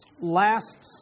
Last